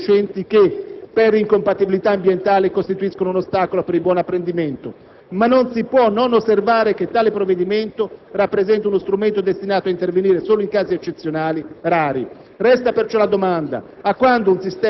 Non si può non apprezzare il "giro di vite" sui docenti che, per incompatibilità ambientale, costituiscono un ostacolo per il buon apprendimento. Ma non si può non osservare che tale provvedimento rappresenta uno strumento destinato ad intervenire solo in casi eccezionali, rari.